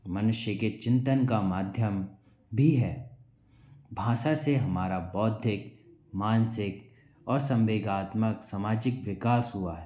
मनुष्य के चिंतन का माध्यम भी है भाषा से हमारा बौद्धिक मानसिक और सम्वेदनात्मक सामाजिक विकास हुआ है